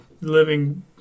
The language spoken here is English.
living